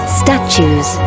statues